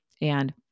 and-